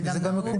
וזה גם מקובל.